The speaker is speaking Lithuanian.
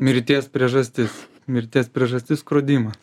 mirties priežastis mirties priežastis skrodimas